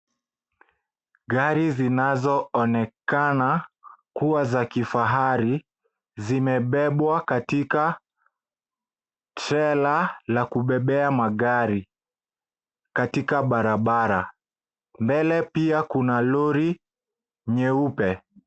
Gari zinazoonekana kua za kifahari zimebebwa katika trela la kubebea magari katika barabara, mbele pia kuna lori nyeupe.